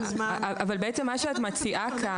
איך אתם מצפים שהוא יעשה את זה?